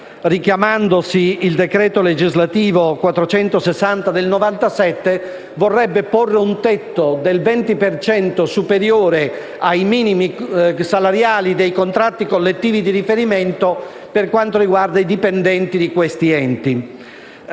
richiamando il decreto legislativo 4 dicembre 1997, n. 460, vorrebbe porre un tetto del 20 per cento superiore ai minimi salariali dei contratti collettivi di riferimento per quanto riguarda i dipendenti di questi enti.